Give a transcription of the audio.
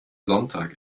sonntag